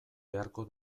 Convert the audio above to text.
beharko